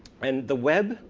and the web,